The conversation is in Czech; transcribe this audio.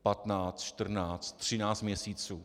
15, 14, 13 měsíců.